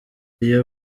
iyi